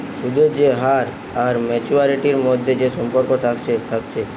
সুদের যে হার আর মাচুয়ারিটির মধ্যে যে সম্পর্ক থাকছে থাকছে